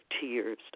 tears